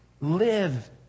Live